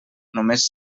només